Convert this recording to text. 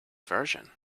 version